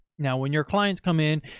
now when your clients come in,